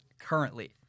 currently